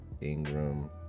Ingram